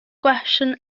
gwestiwn